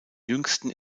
jüngsten